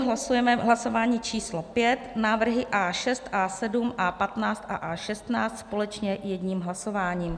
Hlasujeme hlasování číslo pět návrhy A6, A7, A15 a A16 společně jedním hlasováním.